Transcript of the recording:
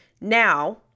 Now